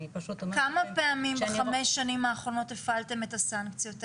כמה פעמים בחמש שנים האחרונות הפעלתם את הסנקציות האלה?